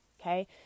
Okay